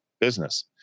business